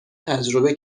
تجربه